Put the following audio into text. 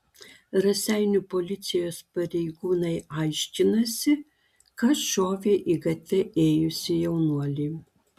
raseinių policijos pareigūnai aiškinasi kas šovė į gatve ėjusį jaunuolį